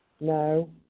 No